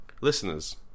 Listeners